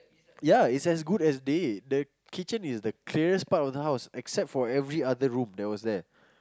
ya it's as good as day the kitchen is the clearest part of the house except for every other room that was there